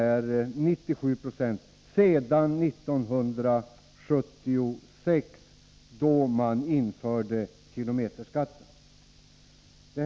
Beräkningen avser åren efter 1976, då kilometerskatten infördes.